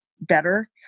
better